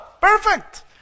perfect